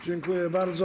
Dziękuję bardzo.